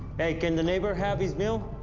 hey, can the neighbor have his meal?